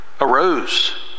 arose